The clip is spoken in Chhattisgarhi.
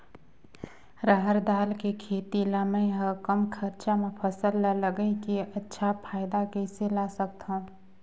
रहर दाल के खेती ला मै ह कम खरचा मा फसल ला लगई के अच्छा फायदा कइसे ला सकथव?